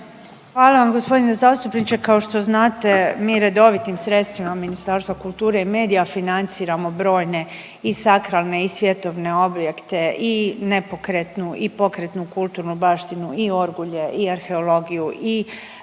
Hvala vam g. zastupniče, kao što znate mi redovitim sredstvima Ministarstva kulture i medija financiramo brojne i sakralne i svjetovne objekte i nepokretnu i pokretnu kulturnu baštinu i orgulje i arheologiju i